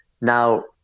Now